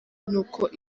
nuko